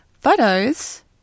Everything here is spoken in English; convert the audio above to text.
photos